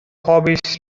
hobbits